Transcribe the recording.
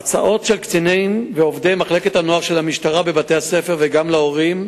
הרצאות של קצינים ועובדי מחלקת הנוער של המשטרה בבתי-הספר וגם להורים,